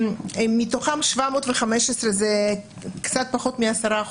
מתוכם 715, זה קצת פחות מ-10%,